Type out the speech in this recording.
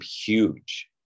huge